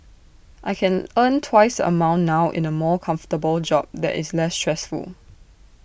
I can earn twice the amount now in A more comfortable job that is less stressful